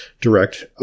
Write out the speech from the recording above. direct